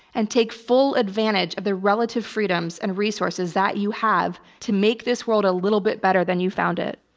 and take full advantage of the relative freedoms and resources that you have to make this world a little bit better than you found it.